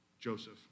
Joseph